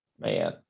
Man